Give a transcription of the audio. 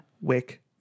Wick